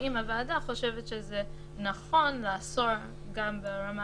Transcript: האם הוועדה חושבת שזה נכון לאסור גם ברמה